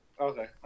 Okay